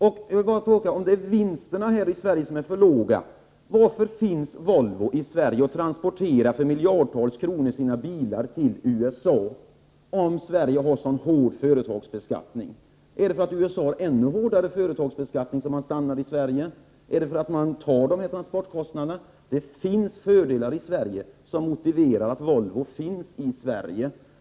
Om vinsterna här i Sverige är för låga, varför finns Volvo i Sverige och transporterar för miljardtals kronor sina bilar till USA, om Sverige nu har en sådan hård företagsbeskattning? Är det för att USA har ännu hårdare företagsbeskattning, som man stannar i Sverige? Är det för att man tar dessa transportkostnader? Det finns fördelar i Sverige som motiverar att Volvo finns i Sverige.